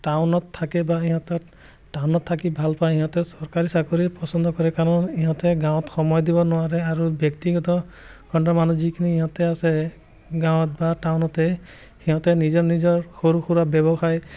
টাউনত থাকে বা সিহঁতৰ টাউনত থাকি ভাল পায় সিহঁতৰ চৰকাৰী চাকৰি পচন্দ কৰে কাৰণ ইহঁতে গাঁৱত সময় দিব নোৱাৰে আৰু ব্যক্তিগত খণ্ডৰ মানুহ যিখিনি ইহঁতে আছে সিহঁতে গাঁৱত বা টাউনতে সিহঁতে নিজৰ নিজৰ সৰু সুৰা ব্যৱসায়